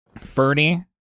Fernie